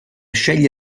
sceglie